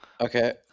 Okay